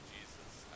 Jesus